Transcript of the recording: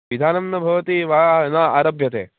पिधानं न भवति वा न आरभ्यते